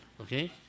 Okay